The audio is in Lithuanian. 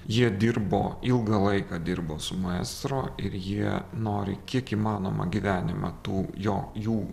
jie dirbo ilgą laiką dirbo su maestro ir jie nori kiek įmanoma gyvenime tų jo jų